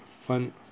fun